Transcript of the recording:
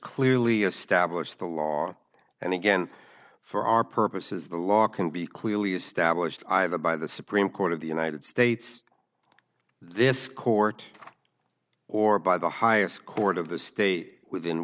clearly established the law and again for our purposes the law can be clearly established either by the supreme court of the united states this court or by the highest court of the state within